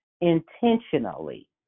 intentionally